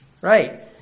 Right